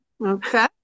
okay